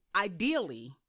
ideally